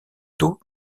taux